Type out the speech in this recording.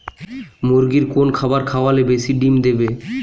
মুরগির কোন খাবার খাওয়ালে বেশি ডিম দেবে?